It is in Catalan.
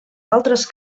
altres